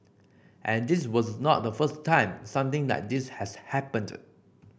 and this was not the first time something like this has happened